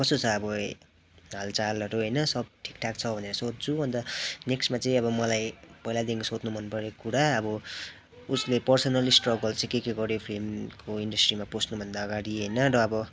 कस्तो छ अब हालचालहरू होइन सब ठिकठाक छ भनेर सोध्छु अन्त नेक्स्टमा चाहिँ अब मलाई पहिलादेखि सोध्नु मनपरेको कुरा अब उसले पर्सनल स्ट्रगल चाहिँ के के गऱ्यो फिल्मको इन्डस्ट्रीमा पस्नुभन्दा अगाडि होइन र अब